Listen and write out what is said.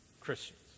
Christians